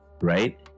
right